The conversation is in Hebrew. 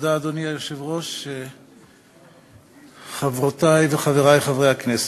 אדוני היושב-ראש, תודה, חברותי וחברי חברי הכנסת,